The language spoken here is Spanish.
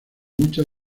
muchas